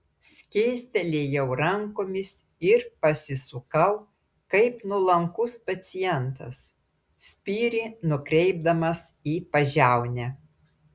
skėstelėjau rankomis ir pasisukau kaip nuolankus pacientas spyrį nukreipdamas į pažiaunę